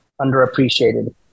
underappreciated